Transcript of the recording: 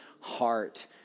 heart